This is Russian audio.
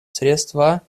средства